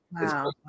wow